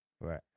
right